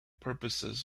purposes